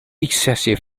excessive